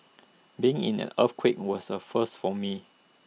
being in an earthquake was A first for me